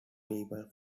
people